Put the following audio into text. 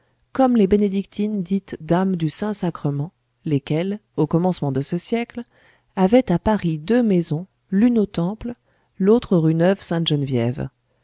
comme les bénédictines dites dames du saint-sacrement lesquelles au commencement de ce siècle avaient à paris deux maisons l'une au temple l'autre rue